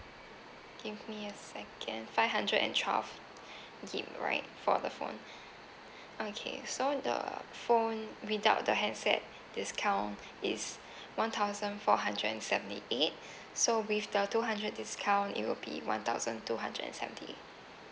give me a second five hundred and twelve gig right for the phone okay so the phone without the handset discount is one thousand four hundred and seventy eight so with the two hundred discount it will be one thousand two hundred seventy eight